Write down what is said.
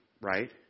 right